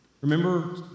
Remember